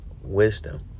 wisdom